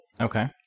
Okay